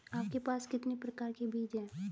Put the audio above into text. आपके पास कितने प्रकार के बीज हैं?